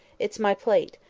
it's my plate.